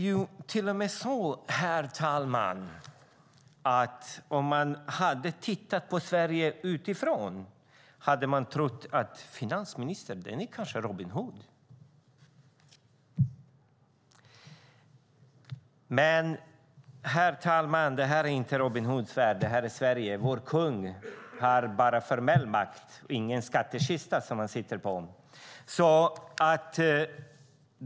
Det är till och med så att om man hade tittat på Sverige utifrån hade man kanske trott att finansministern är Robin Hood. Men detta är inte Robin Hoods värld, detta är Sverige. Vår kung har bara formell makt och sitter inte på någon skattkista.